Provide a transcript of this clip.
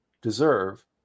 deserve